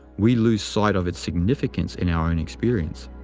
we lose sight of its significance in our own experience.